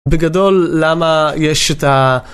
בגדול למה יש את ה.